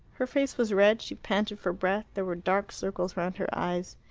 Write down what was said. her face was red, she panted for breath, there were dark circles round her eyes.